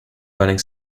burning